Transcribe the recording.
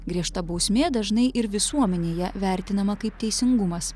griežta bausmė dažnai ir visuomenėje vertinama kaip teisingumas